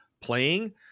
playing